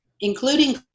including